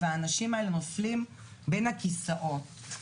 ואנשים האלה נופלים בין הכיסאות.